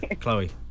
Chloe